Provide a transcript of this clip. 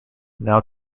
now